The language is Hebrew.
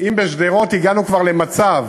בשדרות הגענו כבר למצב